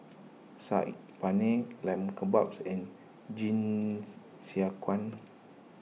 Saag Paneer Lamb Kebabs and Jingisukan